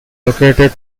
located